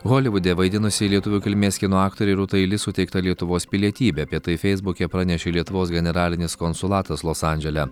holivude vaidinusiai lietuvių kilmės kino aktorei rūtai li suteikta lietuvos pilietybė apie tai feisbuke pranešė lietuvos generalinis konsulatas los andžele